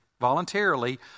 voluntarily